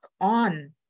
on